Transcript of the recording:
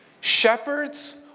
Shepherds